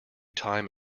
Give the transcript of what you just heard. time